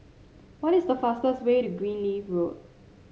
what is the fastest way to Greenleaf Road